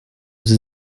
sie